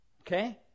okay